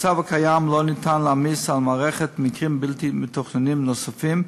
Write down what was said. במצב הקיים לא ניתן להעמיס על המערכת מקרים בלתי מתוכננים נוספים,